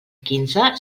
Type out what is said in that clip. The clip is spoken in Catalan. quinze